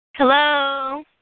Hello